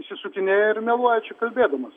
išsisukinėja ir meluoja čia kalbėdamas